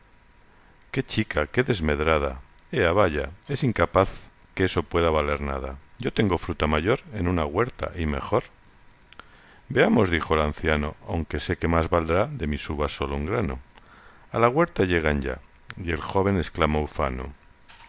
qué chica qué desmedrada ea vaya es incapaz que eso pueda valer nada yo tengo fruta mayor en una huerta y mejor veamos dijo el anciano aunque sé que más valdrá de mis uvas solo un grano a la huerta llegan ya y el joven exclama ufano